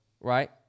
right